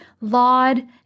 laud